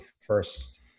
first